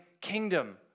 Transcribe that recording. kingdom